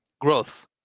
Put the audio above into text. growth